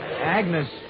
Agnes